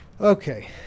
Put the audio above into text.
okay